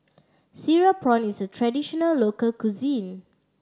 cereal prawn is a traditional local cuisine